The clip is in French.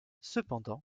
cependant